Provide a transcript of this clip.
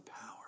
power